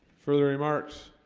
further remarks